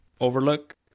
overlook